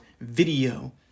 video